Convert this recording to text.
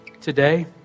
today